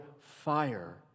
fire